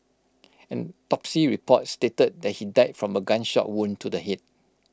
an autopsy report stated he died from A gunshot wound to the Head